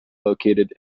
located